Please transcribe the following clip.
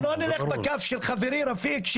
אנחנו לא נלך בקו של חברי רפיק,